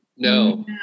No